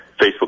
Facebook